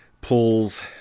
pulls